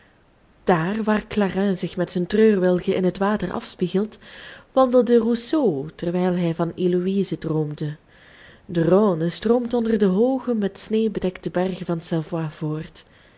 daar waar clarens zich met zijn treurwilgen in het water afspiegelt wandelde rousseau terwijl hij van heloïse droomde de rhône stroomt onder de hooge met sneeuw bedekte bergen van savoye voort